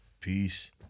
Peace